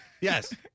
Yes